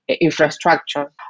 Infrastructure